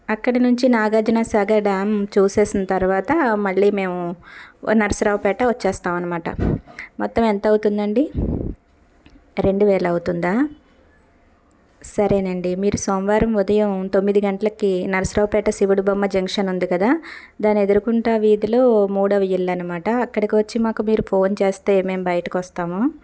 అక్కడి నుంచి నాగార్జునసాగర్ డ్యామ్ చూసేసిన తర్వాత మళ్లీ మేము నరసరావుపేట వచ్చేస్తాం అనమాట మొత్తం ఎంత అవుతుంది అండి రెండు వేలు అవుతుందా సరేనండి మీరు సోమవారం ఉదయం తొమ్మిది గంటలకి నరసరావుపేట శివుడి బొమ్మ జంక్షన్ ఉంది కదా దాని ఎదురుకుండా వీధిలో మూడవ ఇల్లు అనమాట అక్కడికి వచ్చి మాకు మీరు ఫోన్ చేస్తే మేము బయటకు వస్తాము